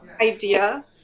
idea